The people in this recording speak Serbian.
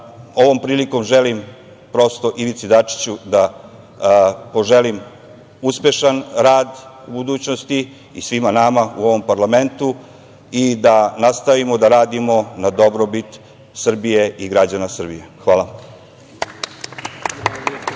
Ovom prilikom želim prosto Ivici Dačiću da poželim uspešan rad u budućnosti i svima nama u ovom parlamentu i da nastavimo da radimo na dobrobit Srbije i građana Srbije. Hvala vam.